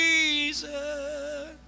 Jesus